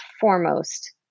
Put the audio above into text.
foremost